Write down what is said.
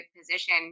position